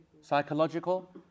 Psychological